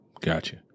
Gotcha